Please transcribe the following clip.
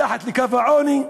מתחת לקו העוני,